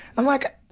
i'm like,